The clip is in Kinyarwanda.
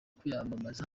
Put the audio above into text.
kwiyamamaza